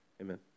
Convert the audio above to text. Amen